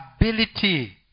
ability